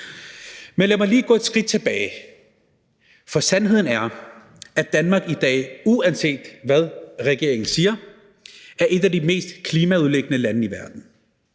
Men lad mig lige gå et skridt tilbage. For sandheden er, at Danmark i dag, uanset hvad regeringen siger, er et af de mest klimaødelæggende lande i verden.